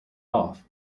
off